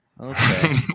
Okay